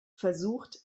versucht